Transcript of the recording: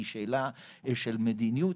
היא שאלה של מדיניות,